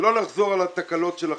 שלא נחזור על התקלות של עכשיו.